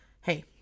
hey